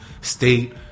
state